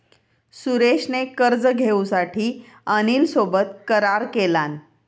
सुरेश ने कर्ज घेऊसाठी अनिल सोबत करार केलान